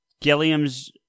Gilliam's